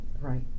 Right